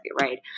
right